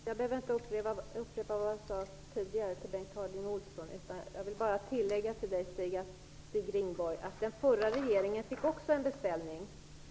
Fru talman! Jag behöver inte upprepa vad jag sade tidigare till Bengt Harding Olson. Jag vill bara tillägga till Stig Rindborg att den förra regeringen också fick en beställning.